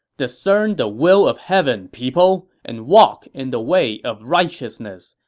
discern the will of heaven, people, and walk in the way of righteousness,